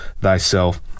thyself